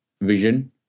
vision